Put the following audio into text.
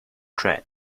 trip